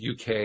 UK